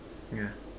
yeah